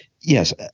yes